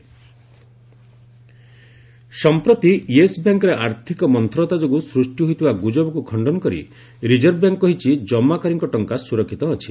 RBI deposits ସମ୍ପ୍ରତି ୟେସ୍ ବ୍ୟାଙ୍କ୍ରେ ଆର୍ଥକ ମନ୍ତରତା ଯୋଗୁଁ ସୃଷ୍ଟି ହୋଇଥିବା ଗୁଜବକୁ ଖଣ୍ଡନ କରି ରିଜର୍ଭ ବ୍ୟାଙ୍କ୍ କହିଛି ଜମାକାରୀଙ୍କ ଟଙ୍କା ସୁରକ୍ଷିତ ଅଛି